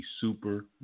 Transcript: super